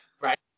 right